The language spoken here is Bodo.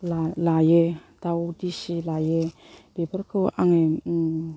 लायो दाउ देसि लायो बेफोरखौ आङो